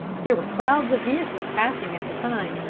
there were crowds of vehicles passing at the time,